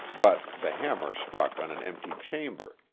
but the hammer struck on an empty chamber.